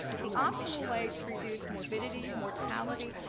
the optimal way to reduce morbidity, mortality,